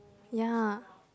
ya